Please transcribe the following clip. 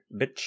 Bitch